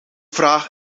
vraag